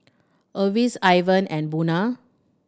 Lesia Ivan and Buna